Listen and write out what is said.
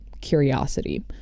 curiosity